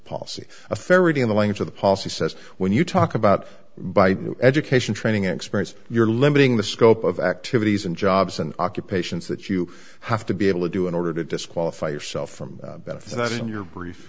policy a fair reading of the length of the policy says when you talk about by education training experience you're limiting the scope of activities and jobs and occupations that you have to be able to do in order to disqualify yourself from that if that isn't your brief